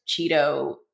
Cheeto